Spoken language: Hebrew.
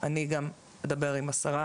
אני גם אדבר עם השרה,